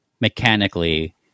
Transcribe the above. mechanically